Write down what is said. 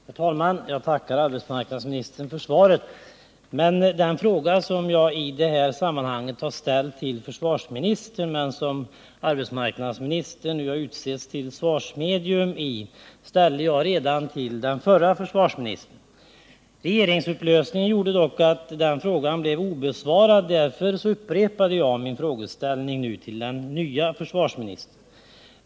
Herr talman! Jag tackar arbetsmarknadsministern för svaret. Denna fråga, som jag i det här sammanhanget ställt till försvarsministern men som arbetsmarknadsministern utsetts till svarsmedium för, ställde jag redan till den förre försvarsministern. Regeringsupplösningen gjorde dock att frågan blev obesvarad, och därför upprepade jag den till den nye försvarsministern.